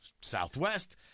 Southwest